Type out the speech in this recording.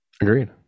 Agreed